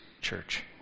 church